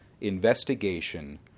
investigation